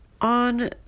on